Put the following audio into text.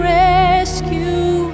rescue